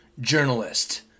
Journalist